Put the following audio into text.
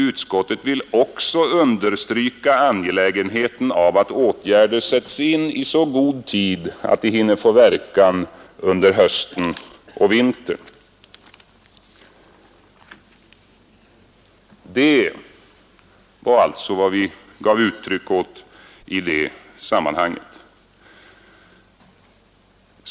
— ”Utskottet vill också understryka angelägenheten av att åtgärderna sätts in i så god tid att de hinner få verkan under hösten och vintern.” Det var alltså vad vi gav uttryck åt i det sammanhanget.